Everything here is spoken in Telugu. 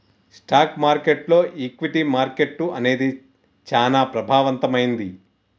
స్టాక్ మార్కెట్టులో ఈక్విటీ మార్కెట్టు అనేది చానా ప్రభావవంతమైంది